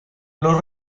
los